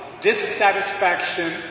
dissatisfaction